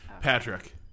Patrick